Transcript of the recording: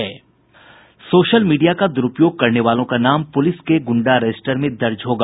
social media का द्रूपयोग करने वालों का नाम प्रलिस के गुंडा रजिस्टर में दर्ज होगा